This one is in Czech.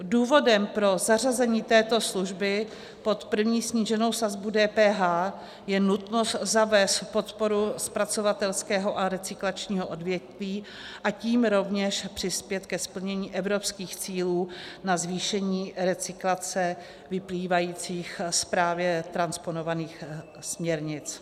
Důvodem pro zařazení této služby pod první sníženou sazbu DPH je nutnost zavést podporu zpracovatelského a recyklačního odvětví, a tím rovněž přispět ke splnění evropských cílů na zvýšení recyklace vyplývajících z právě transponovaných směrnic.